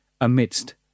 amidst